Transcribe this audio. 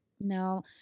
no